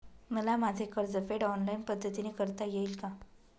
मला माझे कर्जफेड ऑनलाइन पद्धतीने करता येईल का?